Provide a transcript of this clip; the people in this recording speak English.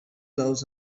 loves